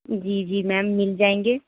جی جی میم مل جائیں گے